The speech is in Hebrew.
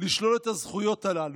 לשלול את הזכויות הללו".